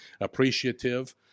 appreciative